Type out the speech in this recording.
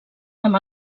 amb